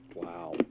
Wow